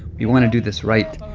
we want to do this right.